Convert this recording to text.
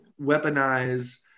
weaponize